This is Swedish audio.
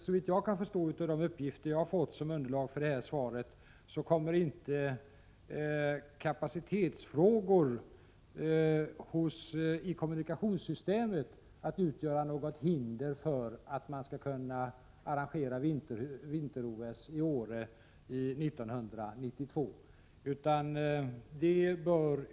Såvitt jag kan förstå av de uppgifter som jag har fått som underlag för det här svaret kommer inte kapacitetsfrågorna i kommunikationssystemet att utgöra något hinder för att kunna arrangera vinter-OS i Åre 1992.